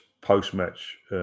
post-match